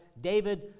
David